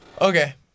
Okay